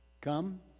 Come